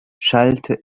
schallte